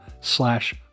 slash